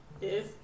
Yes